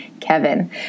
Kevin